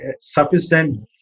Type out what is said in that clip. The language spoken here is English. sufficient